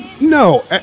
No